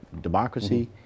democracy